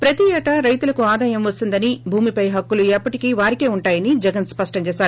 ప్రతిఏటారైతులకుఆదాయంవస్తుందనిభూమిపై హక్కులు ఎప్పటికీ వారికే ఉంటాయని జగన్ స్పష్టం చేశారు